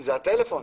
זה הטלפון.